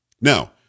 Now